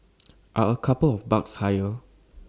are A couple of bucks higher